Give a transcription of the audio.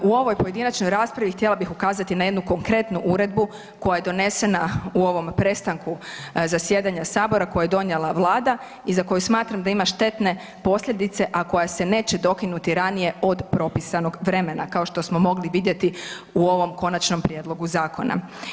U ovoj pojedinačnoj raspravi htjela bih ukazati na jednu konkretnu uredbu koja je donesena u ovom prestanku zasjedanja Sabora koju je donijela Vlada i za koju smatram da ima štetne posljedice, a koja se neće dokinuti ranije od propisanog vremena kao što smo mogli vidjeti u ovom Konačnom prijedlogu zakona.